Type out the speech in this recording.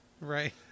Right